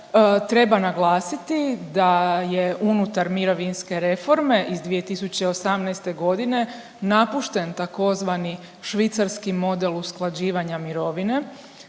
treba naglasiti da je unutar mirovinske reforme iz 2018. godine napušten tzv. švicarski model usklađivanja mirovine